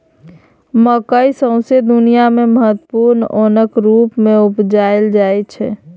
मकय सौंसे दुनियाँ मे महत्वपूर्ण ओनक रुप मे उपजाएल जाइ छै